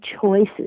choices